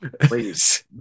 Please